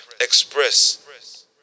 express